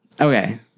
Okay